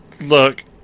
Look